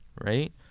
Right